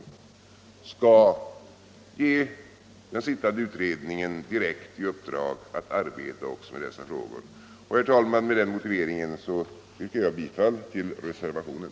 Med denna motivering yrkar jag, herr talman, bifall till reservationen.